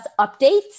updates